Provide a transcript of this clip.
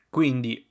Quindi